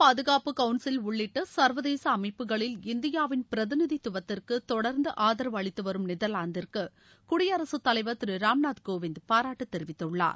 பாதுகாப்பு கவுன்சில் உள்ளிட்ட சர்வதேச அமைப்புகளில் இந்தியாவின் பிரதிநிதி துவத்திற்கு தொடர்ந்து ஆதரவு அளித்துவரும் நெதர்லாந்திற்கு குடியரசுத் தலைவர் திரு ராம்நாத் கோவிந்த் பாராட்டு தெரிவித்துள்ளார்